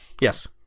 Yes